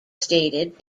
stated